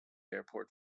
airport